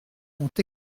ont